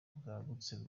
bwagutse